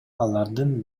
алардын